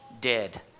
dead